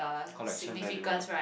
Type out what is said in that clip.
collection value ah